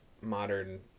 modern